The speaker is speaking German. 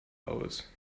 aus